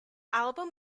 album